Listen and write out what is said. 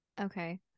Okay